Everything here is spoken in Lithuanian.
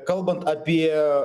kalbant apie